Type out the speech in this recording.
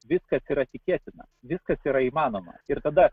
viskas yra tikėtina viskas yra įmanoma ir tada